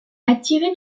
attiré